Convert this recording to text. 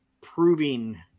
proving